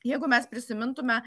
jeigu mes prisimintume